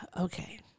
Okay